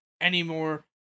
anymore